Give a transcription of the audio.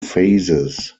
phases